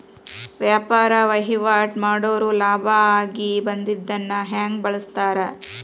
ವ್ಯಾಪಾರ್ ವಹಿವಾಟ್ ಮಾಡೋರ್ ಲಾಭ ಆಗಿ ಬಂದಿದ್ದನ್ನ ಹೆಂಗ್ ಬಳಸ್ತಾರ